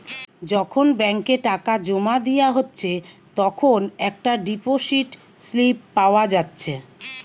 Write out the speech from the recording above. যখন ব্যাংকে টাকা জোমা দিয়া হচ্ছে তখন একটা ডিপোসিট স্লিপ পাওয়া যাচ্ছে